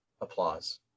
applause